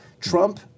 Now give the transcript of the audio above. Trump